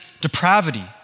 depravity